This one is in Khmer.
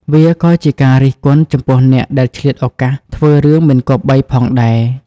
វាក៏ជាការរិះគន់ចំពោះអ្នកដែលឆ្លៀតឱកាសធ្វើរឿងមិនគប្បីផងដែរ។